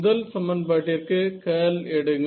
முதல் சமன்பாட்டிற்கு கர்ல் எடுங்கள்